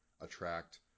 attract